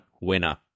winner